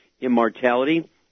Immortality